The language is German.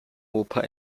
opa